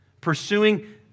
pursuing